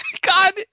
God